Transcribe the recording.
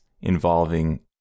involving